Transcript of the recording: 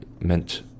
meant